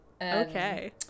Okay